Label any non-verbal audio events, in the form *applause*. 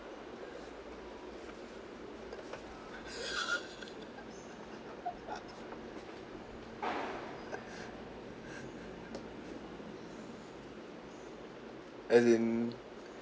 *laughs* as in